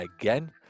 again